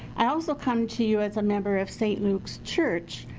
i also come to you as a member of st. luke's church.